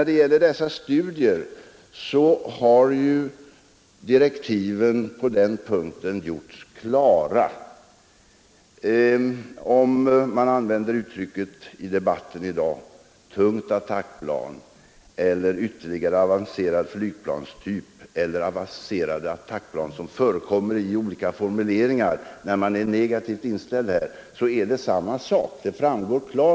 Det framgår av dem att man, även om man i debatten i dag använder uttrycken ”tungt attackplan”, ”ytterligare avancerad flygplanstyp” eller ”avancerat attackplan” eller andra formuleringar beroende på om man är negativt inställd i detta sammanhang eller inte — talar om samma sak.